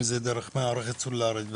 אם זה באמצעות מערכת סלולארית,